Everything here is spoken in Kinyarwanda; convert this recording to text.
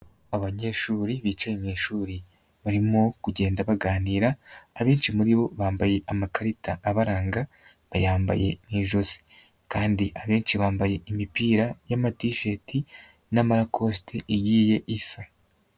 Abanyeshuri bicaye mu ishuri barimo kugenda baganira, abenshi muri bo bambaye amakarita abaranga bayambaye mu ijosi kandi abenshi bambaye imipira y'amatisheti n'amarakosite igiye isa.